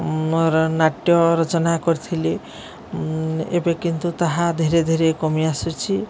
ମୋର ନାଟ୍ୟ ରଚନା କରିଥିଲି ଏବେ କିନ୍ତୁ ତାହା ଧୀରେ ଧୀରେ କମି ଆସୁଛି